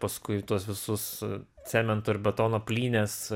paskui tuos visus cemento ir betono plynes